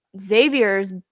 Xavier's